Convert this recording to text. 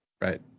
Right